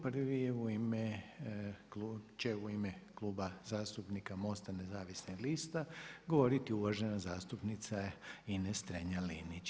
Prvi će u ime Kluba zastupnika MOST-a nezavisnih lista govoriti uvažena zastupnica Ines Strenja Linić.